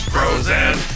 Frozen